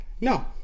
No